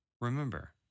Remember